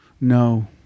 no